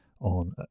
on